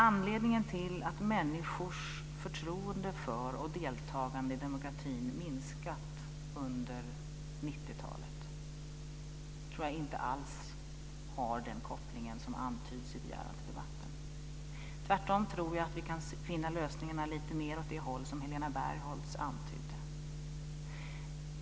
Anledningen till att människors förtroende för och deltagande i demokratin har minskat under 90-talet tror jag inte alls har den kopplingen som antyds i begäran om debatten. Tvärtom tror jag att vi kan finna lösningarna lite mer åt det håll som Helena Bargholtz antydde.